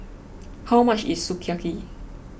how much is Sukiyaki